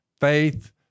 faith